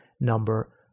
number